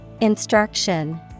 Instruction